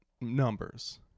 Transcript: numbers